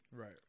Right